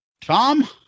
Tom